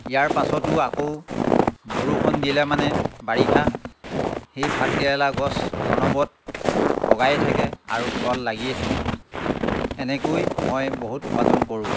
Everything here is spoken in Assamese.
ইয়াৰ পাছতো আকৌ বৰষুণ দিলে মানে বাৰিষা সেই ভাতকেৰেলা গছ অনবৰত বগায়ে থাকে আৰু ফল লাগিয়ে থাকে এনেকৈ মই বহুত উপাৰ্জন কৰোঁ